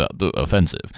offensive